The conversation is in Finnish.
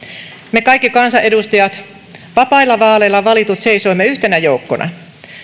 me kaikki kansanedustajat vapailla vaaleilla valitut seisoimme yhtenä joukkona